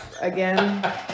again